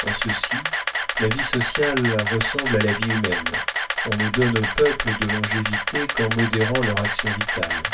en ceci la vie sociale ressemble à la vie humaine on ne donne aux peuples de longévité qu'en modérant leur action vitale